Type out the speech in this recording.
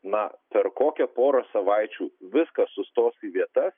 na per kokią porą savaičių viskas sustos į vietas